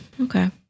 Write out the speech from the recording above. Okay